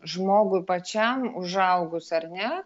žmogui pačiam užaugus ar ne